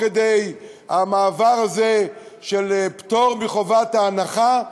כדי המעבר הזה של פטור מחובת ההנחה,